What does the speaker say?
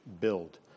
build